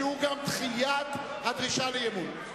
שהיא גם דחיית הדרישה לאי-אמון.